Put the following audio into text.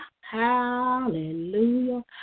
Hallelujah